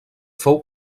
fou